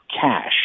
cash